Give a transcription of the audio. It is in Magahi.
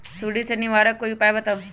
सुडी से निवारक कोई उपाय बताऊँ?